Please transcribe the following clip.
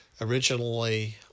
Originally